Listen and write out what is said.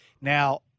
Now